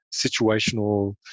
situational